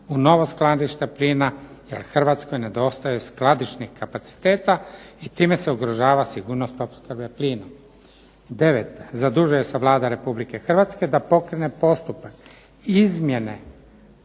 u novo skladište plina jer Hrvatskoj nedostaje skladišnih kapaciteta i time se ugrožava sigurnost opskrbe plinom. 9., Zadužuje se Vlada Republike Hrvatske da pokrene postupak izmjene